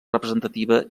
representativa